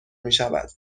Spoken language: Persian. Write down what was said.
میشود